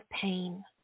pain